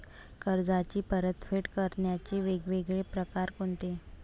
कर्जाची परतफेड करण्याचे वेगवेगळ परकार कोनचे?